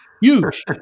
huge